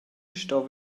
sto